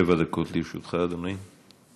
שבע דקות לרשותך, אדוני.